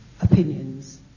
opinions